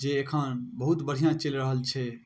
जे एखन बहुत बढ़िआँ चलि रहल छै